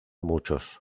muchos